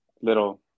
little